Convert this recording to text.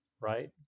right